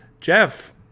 jeff